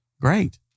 great